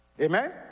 Amen